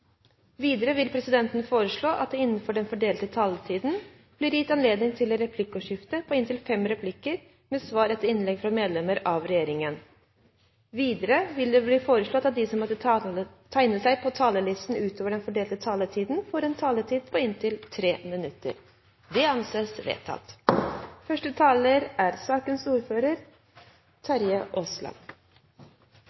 Videre vil presidenten foreslå at det blir gitt anledning til replikkordskifte på inntil fem replikker med svar etter innlegg fra medlemmer av regjeringen innenfor den fordelte taletid. Videre blir det foreslått at de som måtte tegne seg på talerlisten utover den fordelte taletid, får en taletid på inntil 3 minutter. – Det anses vedtatt.